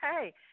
hey